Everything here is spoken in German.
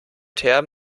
term